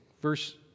verse